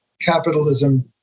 capitalism